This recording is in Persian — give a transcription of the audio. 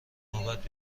نوبت